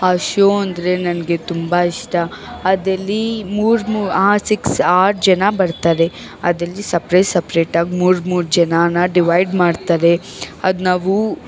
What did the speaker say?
ಆ ಶೋ ಅಂದರೆ ನನಗೆ ತುಂಬ ಇಷ್ಟ ಅದಲ್ಲಿ ಮೂರು ಮೂರು ಆರು ಸಿಕ್ಸ್ ಆರು ಜನ ಬರ್ತಾರೆ ಅದಲ್ಲಿ ಸಪ್ರೇಟ್ ಸಪ್ರೇಟ್ ಆಗಿ ಮೂರು ಮೂರು ಜನಾನ ಡಿವೈಡ್ ಮಾಡ್ತಾರೆ ಅದು ನಾವು